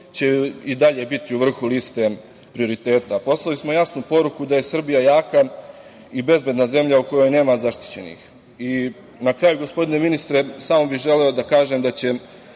će i dalje biti u vrhu liste prioriteta. Poslali smo jasnu poruku da je Srbija jaka i bezbedna zemlja u kojoj nema zaštićenih.I na kraju, gospodine ministre, samo bih želeo da kažem da će